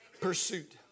pursuit